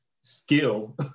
skill